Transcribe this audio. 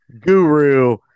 guru